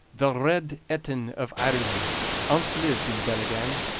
the red etin of ireland ance lived in bellygan,